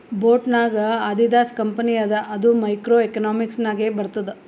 boat ನಾಗ್ Adidas company ಅದ ಅದು ಮೈಕ್ರೋ ಎಕನಾಮಿಕ್ಸ್ ನಾಗೆ ಬರ್ತುದ್